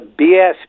BS